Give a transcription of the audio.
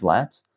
Labs